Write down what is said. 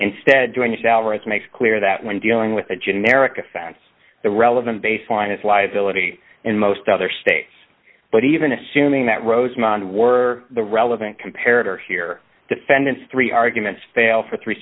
instead doing the southwards makes clear that when dealing with a generic offense the relevant baseline is liability in most other states but even assuming that rosemond were the relevant compared are here defendants three arguments fail for three